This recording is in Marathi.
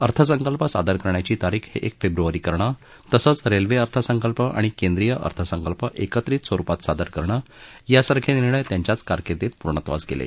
अर्थसंकल्प सादर करण्याची तारीख एक फेब्रुवारी करणं तसंच रेल्वे अर्थसंकल्प आणि केंद्रीय अर्थसंकल्प एकत्रित स्वरुपात सादर करणं यांसारखे निर्णय त्यांच्याच कारकींदीत पूर्णत्वास गेले